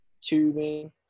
tubing